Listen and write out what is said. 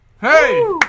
Hey